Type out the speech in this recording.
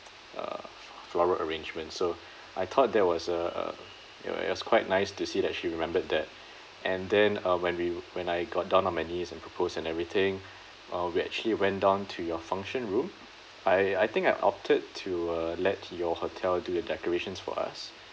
err floral arrangements so I thought that was err err it wa~ it was quite nice to see that she remembered that and then uh when we when I got down on my knees and proposed and everything uh we actually went down to your function room I I think I opted to uh let your hotel do the decorations for us